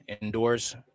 indoors